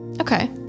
Okay